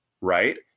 right